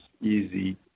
easy